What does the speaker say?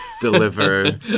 deliver